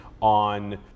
on